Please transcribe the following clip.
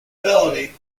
felony